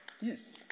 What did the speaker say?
Yes